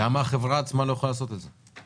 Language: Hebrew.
למה החברה הממשלתית עצמה לא יכולה לעשות את זה?